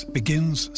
begins